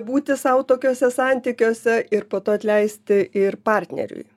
būti sau tokiuose santykiuose ir po to atleisti ir partneriui